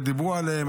ודיברו עליהם,